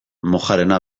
mojarena